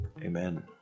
Amen